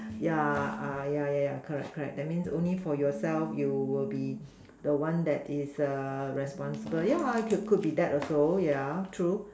yeah ah yeah yeah yeah correct correct that means only for yourself you will be the one that is err responsible yeah could be that also yeah true